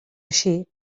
així